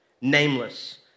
Nameless